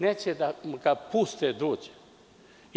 Neće da ga puste da uđe.